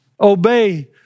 obey